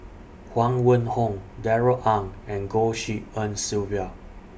Huang Wenhong Darrell Ang and Goh Tshin En Sylvia